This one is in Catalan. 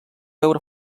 veure